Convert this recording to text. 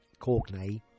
corkney